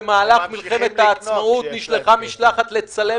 במהלך מלחמת העצמאות נשלחה משלחת לצלם